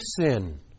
sin